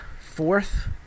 fourth